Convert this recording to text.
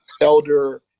elder